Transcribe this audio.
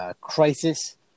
crisis